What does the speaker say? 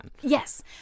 yes